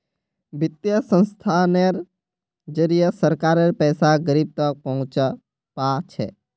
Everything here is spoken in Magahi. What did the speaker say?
वित्तीय संस्थानेर जरिए सरकारेर पैसा गरीब तक पहुंच पा छेक